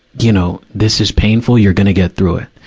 you know, this is painful you're gonna get through it.